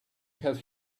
had